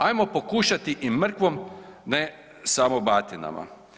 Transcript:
Ajmo pokušati i mrkvom ne samo batinama.